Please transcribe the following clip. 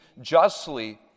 justly